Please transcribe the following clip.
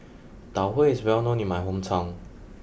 Tau Huay is well known in my hometown